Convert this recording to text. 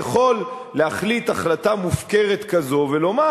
יכול להחליט החלטה מופקרת כזו ולומר: